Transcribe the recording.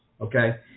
okay